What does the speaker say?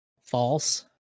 False